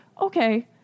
okay